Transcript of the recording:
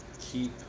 Keep